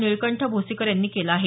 निळकंठ भोसीकर यांनी केलं आहे